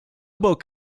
bok